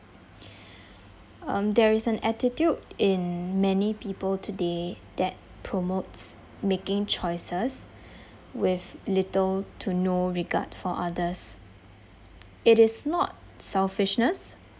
um there is an attitude in many people today that promotes making choices with little to no regard for others it is not selfishness